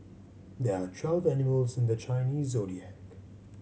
there are twelve animals in the Chinese Zodiac